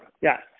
Yes